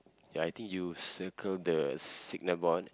ya I think you circle the signal board